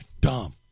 dumb